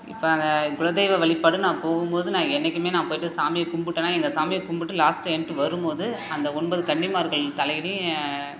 இப்போ அந்த குலதெய்வ வழிப்பாடு நான் போகும் போது நான் என்றைக்குமே நான் போய்ட்டு சாமியை கும்பிட்டனா எங்கள் சாமியை கும்பிட்டு லாஸ்ட்டு என்ட்டு வரும் போது அந்த ஒன்பது கன்னிமார்கள் தலைலேயும்